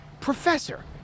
Professor